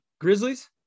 grizzlies